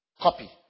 Copy